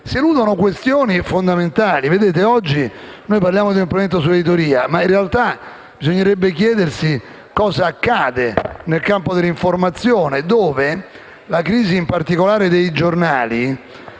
eludono questioni fondamentali. Oggi parliamo del provvedimento sull'editoria, ma in realtà bisognerebbe chiedersi cosa accade nel campo dell'informazione, in cui la crisi, in particolare dei giornali,